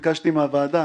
ביקשתי מהוועדה